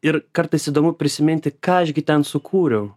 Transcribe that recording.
ir kartais įdomu prisiminti ką aš gi ten sukūriau